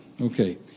okay